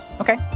Okay